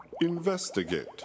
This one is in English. investigate